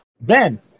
Ben